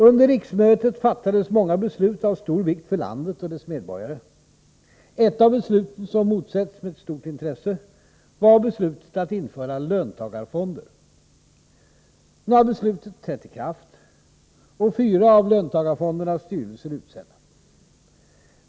Under riksmötet fattades många beslut av stor vikt för landet och dess medborgare. Ett av besluten, som motsetts med stort intresse, var beslutet att införa löntagarfonder. Nu har beslutet trätt i kraft, och fyra av löntagarfondernas styrelser är utsedda.